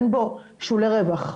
אין בו שולי רווח,